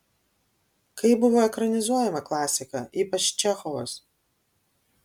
kaip buvo ekranizuojama klasika ypač čechovas